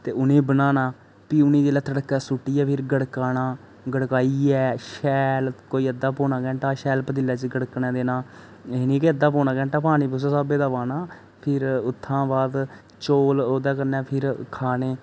ते उ'नेंई बनाना प्ही उ'नेंई जेल्लै तड़कै सु'ट्टियै फिर गड़काना गड़काइयै शैल कोई अद्धा पौना घैंटा शैल पतीले च गड़कन देना यानी के अद्धा पौना घंटा पानी उस्सै स्हाबै दा पाना फिर उत्थै तूं बाद चौल हत्थै कन्नै फिर खाने